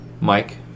Mike